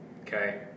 okay